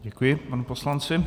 Děkuji panu poslanci.